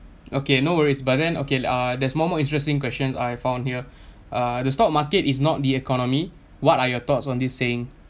okay no worries but then okay uh there's more more interesting question I found here uh the stock market is not the economy what are your thoughts on this saying